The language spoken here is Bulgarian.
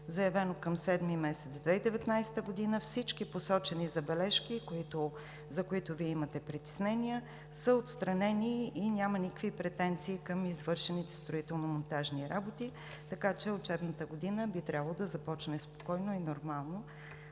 заявено към месец юли 2019 г. всички посочени забележки, за които Вие имате притеснения, са отстранени и няма никакви претенции към извършените строително-монтажни работи, така че учебната година би трябвало да започне спокойно и нормално